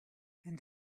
and